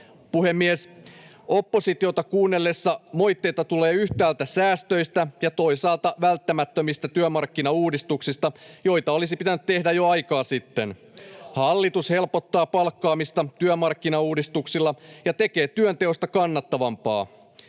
Oppositiota kuunnellessa moitteita tulee yhtäältä säästöistä ja toisaalta välttämättömistä työmarkkinauudistuksista, joita olisi pitänyt tehdä jo aikaa sitten. Hallitus helpottaa palkkaamista työmarkkinauudistuksilla ja tekee työnteosta kannattavampaa.